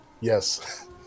Yes